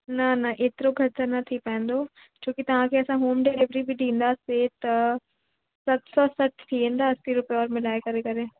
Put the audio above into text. न न एतिरो घटि त न थी पाएंदो छो की तव्हांखे असां होम डीलेविरी ॾींदासे त सत सौ सठि थी वेंदा असी रुपए और मिलाए करे करे